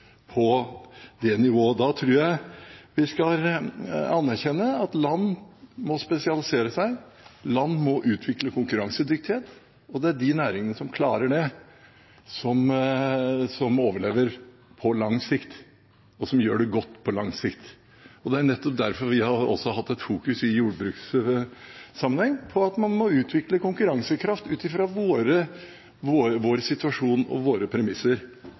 på det nivået. Da tror jeg vi skal anerkjenne at land må spesialisere seg. Land må utvikle konkurransedyktighet. Og det er de næringene som klarer det, som overlever på lang sikt, og som gjør det godt på lang sikt. Det er nettopp derfor vi også i jordbrukssammenheng har fokusert på at man må utvikle konkurransekraft ut fra vår situasjon og våre premisser.